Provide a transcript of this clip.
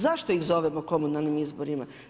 Zašto ih zovemo komunalnim izborima?